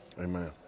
Amen